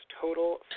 total